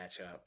matchup